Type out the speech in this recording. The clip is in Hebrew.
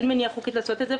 אין מניעה חוקית לעשות את זה,